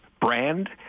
brand